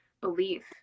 belief